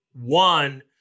One